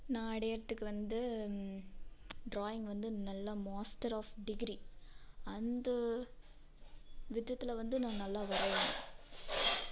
நன அடையறத்துக்கு வந்து டிராயிங் வந்து நல்ல மாஸ்டர் ஆஃப் டிகிரி அந்த விதத்தில் வந்து நான் நல்லா வரைவேன்